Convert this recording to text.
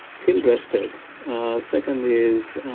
feel rested secondly, is